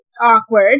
Awkward